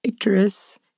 icterus